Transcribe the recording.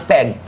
Peg